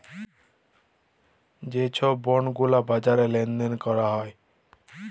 যে ছব বল্ড গুলা বাজারে লেল দেল ক্যরা হ্যয়